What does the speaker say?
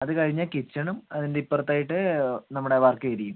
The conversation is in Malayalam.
അത് കഴിഞ്ഞ് കിച്ചണും അതിൻ്റെ ഇപ്പറത്തായിട്ട് നമ്മുടെ വർക്കേരിയയും